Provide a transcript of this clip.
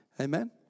Amen